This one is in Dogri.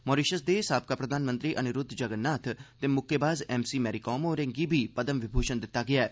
मारिशि यस दे साबका प्रधानमंत्री अनिरूद्व जगनाथ ते म्क्केबाज एम सी मैरीकाम होरें'गी बी पद्म विभूशण दित्ता गेआ ऐ